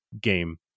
game